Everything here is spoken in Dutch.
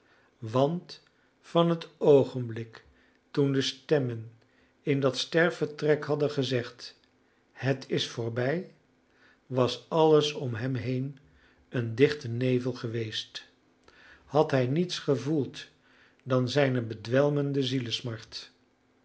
want van het oogenblik toen de stemmen in dat sterfvertrek hadden gezegd het is voorbij was alles om hem heen een dichte nevel geweest had hij niets gevoeld dan zijne bedwelmende